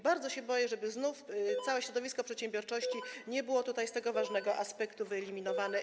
Bardzo się boję, że znów całe środowisko przedsiębiorczości będzie z tego ważnego aspektu wyeliminowane.